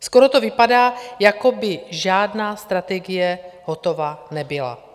Skoro to vypadá, jako by žádná strategie hotova nebyla.